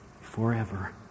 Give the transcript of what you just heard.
forever